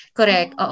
correct